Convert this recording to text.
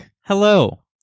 Hello